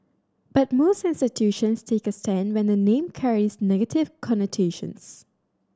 but most institutions take a stand when the name carries negative connotations